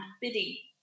Biddy